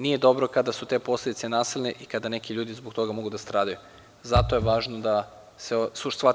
Nije dobro kada su te posledice nasilne i kada neki ljudi zbog toga mogu da stradaju, zato je važno da se shvati suština ovog zakona.